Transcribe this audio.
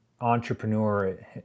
entrepreneur